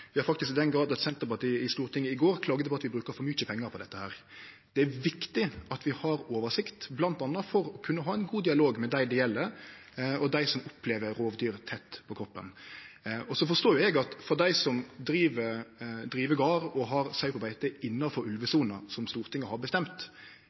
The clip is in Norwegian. faktisk i den grad at Senterpartiet i Stortinget i går klaga over at vi bruker for mykje pengar på dette. Det er viktig at vi har oversikt, bl.a. for å kunne ha ein god dialog med dei det gjeld, og dei som opplever rovdyr tett på kroppen. Så forstår eg at for dei som driv gard og har